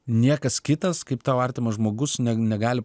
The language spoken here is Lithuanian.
niekas kitas kaip tau artimas žmogus ne negali